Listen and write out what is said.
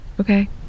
Okay